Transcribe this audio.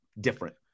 different